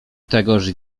tegoż